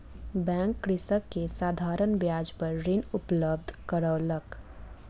bank कृषक के साधारण ब्याज पर ऋण उपलब्ध करौलक